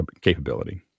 capability